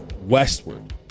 westward